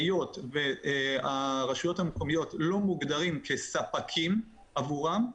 היות והרשויות המקומיות לא מוגדרות כספקים עבורם,